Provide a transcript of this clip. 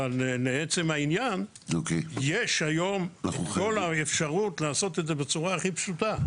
אבל לעצם העניין: יש היום את כל האפשרות לעשות את זה בצורה הכי פשוטה.